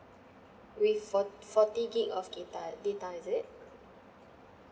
with fort~ forty GIG of data data is it